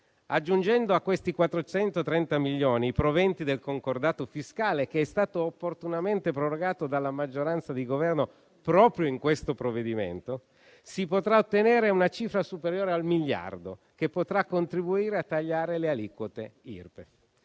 Aggiungendo a questi 430 milioni i proventi del concordato fiscale, che è stato opportunamente prorogato dalla maggioranza di Governo proprio in questo provvedimento, si potrà ottenere una cifra superiore al miliardo, che potrà contribuire a tagliare le aliquote Irpef.